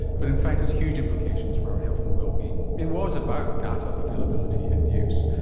but in fact has huge implications for our health and well-being. it was about data availability and use.